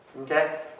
Okay